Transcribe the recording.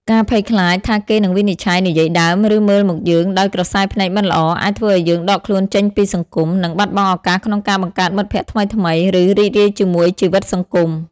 ការភ័យខ្លាចថាគេនឹងវិនិច្ឆ័យ និយាយដើម ឬមើលមកយើងដោយក្រសែភ្នែកមិនល្អ អាចធ្វើឱ្យយើងដកខ្លួនចេញពីសង្គម និងបាត់បង់ឱកាសក្នុងការបង្កើតមិត្តភក្តិថ្មីៗ ឬរីករាយជាមួយជីវិតសង្គម។